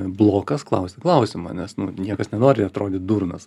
blokas klausti klausimą nes nu niekas nenori atrodyt durnas